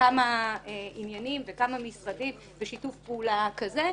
כמה עניינים וכמה משרדים בשיתוף פעולה כזה,